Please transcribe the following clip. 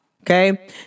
Okay